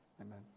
Amen